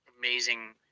Amazing